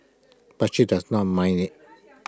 but he does not mind IT